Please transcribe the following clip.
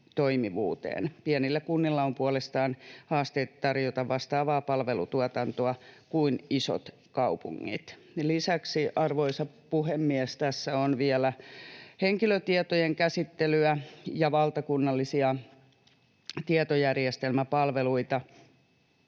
Pienillä kunnilla on puolestaan haasteita tarjota vastaavaa palvelutuotantoa kuin isot kaupungit. Lisäksi, arvoisa puhemies, tässä on vielä henkilötietojen käsittelyä ja valtakunnallisia tietojärjestelmäpalveluita,